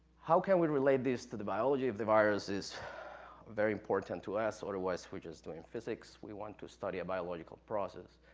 how can we relate this to the biology of the virus is very important to us, otherwise we're just doing physics. we want to study a biological process.